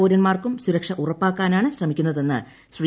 പൌരന്മാർക്കും സുരക്ഷ ഉറപ്പാക്കാനാണ് ശ്രമിക്കുന്നതെന്ന് ശ്രീ